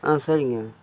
ஆ சரிங்க